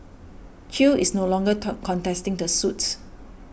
Chew is no longer talk contesting the suit